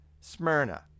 Smyrna